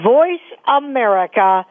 VoiceAmerica